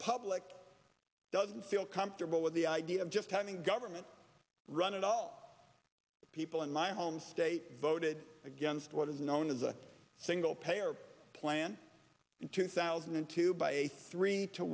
public doesn't feel comfortable with the idea of just having government run it all the people in my home state voted against what is known as a single payer plan in two thousand and two by a three t